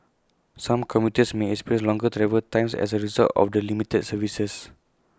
some commuters may experience longer travel times as A result of the limited services